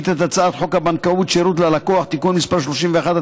את הצעת חוק הבנקאות (שירות ללקוח) (תיקון מס' 31),